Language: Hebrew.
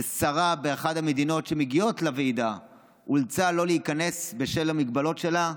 שרה מאחת המדינות שמגיעות לוועידה אולצה לא להיכנס בשל המגבלות שלה,